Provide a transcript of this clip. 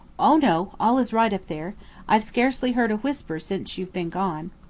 o no, all is right up there i've scarcely heard a whisper since you've been gone.